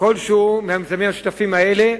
כלשהו מהמיזמים המשותפים האלה,